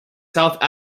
south